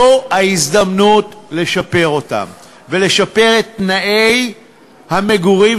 זו ההזדמנות לשפר אותם ולשפר את תנאי המגורים